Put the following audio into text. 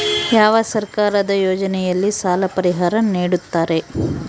ಯಾವ ಸರ್ಕಾರದ ಯೋಜನೆಯಲ್ಲಿ ಸಾಲ ಪರಿಹಾರ ನೇಡುತ್ತಾರೆ?